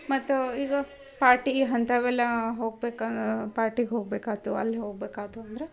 ಮತ್ತು ಈಗ ಪಾರ್ಟೀ ಅಂಥವೆಲ್ಲ ಹೋಗ್ಬೇಕು ಪಾರ್ಟಿಗೆ ಹೋಗ್ಬೇಕಾಯ್ತು ಅಲ್ಲಿ ಹೋಗ್ಬೇಕಾಯ್ತು ಅಂದರೆ